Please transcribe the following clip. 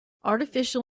artificial